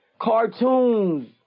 cartoons